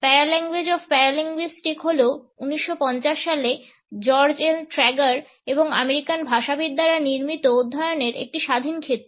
paralanguage of paralinguistic হল 1950 সালে George L Trager এবং আমেরিকান ভাষাবিদ দ্বারা নির্মিত অধ্যয়নের একটি স্বাধীন ক্ষেত্র